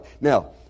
Now